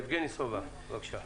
חבר הכנסת יבגני סובה, בבקשה.